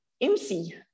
MC